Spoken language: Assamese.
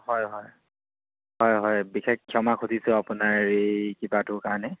হয় হয় হয় হয় বিশেষ ক্ষমা খুজিছোঁ আপোনাৰ হেৰি কিবাটোৰ কাৰণে